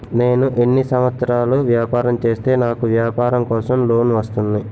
నేను ఎన్ని సంవత్సరాలు వ్యాపారం చేస్తే నాకు వ్యాపారం కోసం లోన్ వస్తుంది?